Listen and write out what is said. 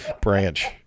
Branch